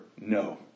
no